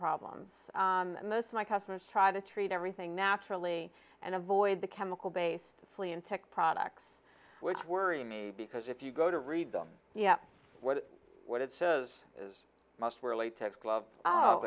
problems and most of my customers try to treat everything naturally and avoid the chemical based flea in tech products which worry me because if you go to read them yeah what what it says is most were latex glove oh